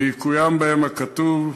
ויקוים בהם הכתוב: